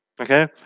Okay